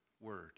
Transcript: word